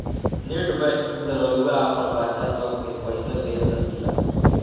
net banking से रउआ आपन बच्चा सभ के पइसा भेज सकिला